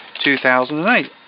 2008